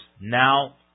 Now